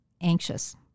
anxious